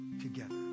together